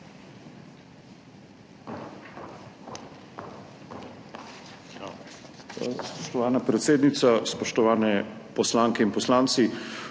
Spoštovana predsednica, spoštovani poslanke in poslanci!